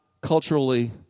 culturally